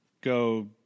go